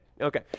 okay